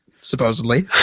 supposedly